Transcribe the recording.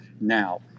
Now